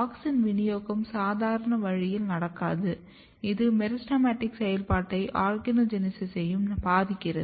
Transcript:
auxin விநியோகம் சாதாரண வழியில் நடக்காது இது மெரிஸ்டெமடிக் செயல்பாட்டையும் ஆர்கனோஜெனீசிஸையும் பாதிக்கிறது